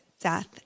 Death